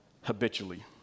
habitually